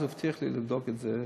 אז הוא הבטיח לי לבדוק את זה,